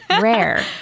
Rare